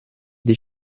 dei